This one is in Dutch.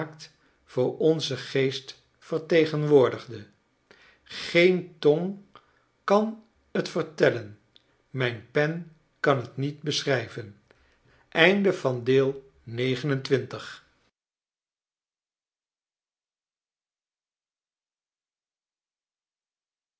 voor onzen geest vertegenwoordigde geen tong kan t vertellen mijn pen kan t niet beschrijven